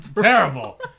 terrible